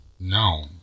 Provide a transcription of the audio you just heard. No